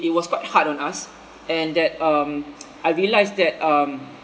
it was quite hard on us and that um I realised that um